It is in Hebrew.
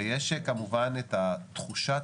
ויש כמובן את התחושה